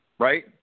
Right